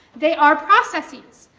they are processes,